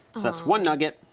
that's one nugget.